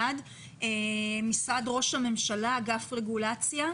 משרד ראש הממשלה, אגף רגולציה.